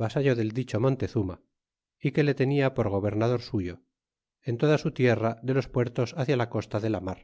vasallo dcl dicho montezuma y que le tenia por gobernador suyo en toda su tierra de los puertos a cia la costa de la mar